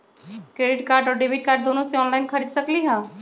Credit card और debit card दोनों से ऑनलाइन खरीद सकली ह?